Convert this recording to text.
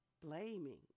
blaming